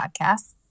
podcasts